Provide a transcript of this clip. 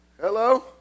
Hello